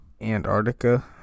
Antarctica